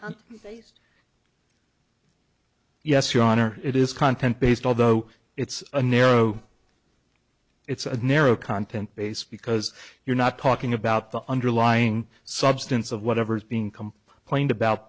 based yes your honor it is content based although it's a narrow it's a narrow content base because you're not talking about the underlying substance of whatever's being complained about